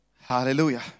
Hallelujah